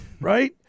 right